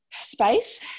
space